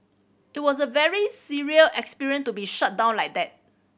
it was a very surreal experience to be shut down like that